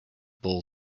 bull